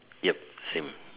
yup same